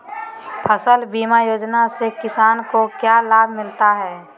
फसल बीमा योजना से किसान को क्या लाभ मिलता है?